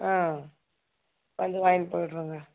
ஆ வந்து வாங்கிட்டு போயிடுறோங்க